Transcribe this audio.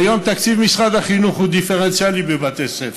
והיום תקציב משרד החינוך הוא דיפרנציאלי בבתי ספר.